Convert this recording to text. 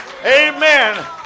Amen